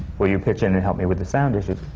will you pitch in and help me with the sound issues?